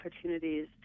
opportunities